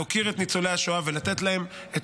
להוקיר את ניצולי השואה ולתת להם את